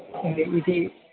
इति इति